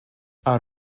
out